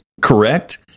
correct